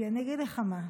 אני אגיד לך מה,